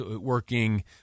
working